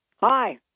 hi